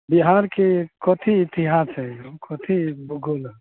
बिहारके कथी इतिहास हए कथी भूगोल